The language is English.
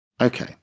Okay